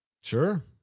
Sure